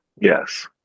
Yes